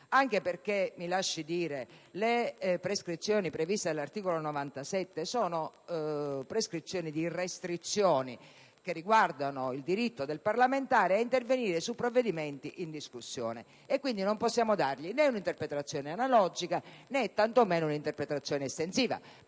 anche perché quelle previste dall'articolo 97 sono prescrizioni di restrizioni che riguardano il diritto del parlamentare ad intervenire su provvedimenti in discussione e quindi non possiamo dare loro né un'interpretazione analogica, né tanto meno un'interpretazione estensiva.